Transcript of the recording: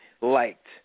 liked